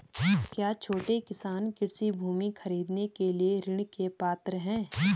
क्या छोटे किसान कृषि भूमि खरीदने के लिए ऋण के पात्र हैं?